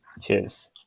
cheers